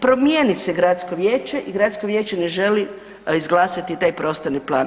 Promijeni se gradsko vijeće i gradsko vijeće ne želi izglasati taj prostorni plan.